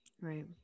Right